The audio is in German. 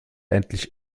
endlich